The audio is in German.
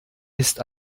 ist